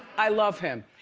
i love him.